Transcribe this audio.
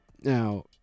now